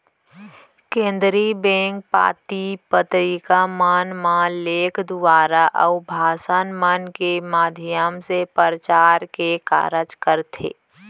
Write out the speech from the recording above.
केनदरी bank पाती पतरिका मन म लेख दुवारा, अउ भासन मन के माधियम ले परचार के कारज करथे